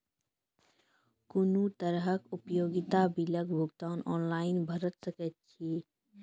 कुनू तरहक उपयोगिता बिलक भुगतान ऑनलाइन भऽ सकैत छै?